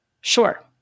Sure